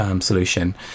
solution